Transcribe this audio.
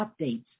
updates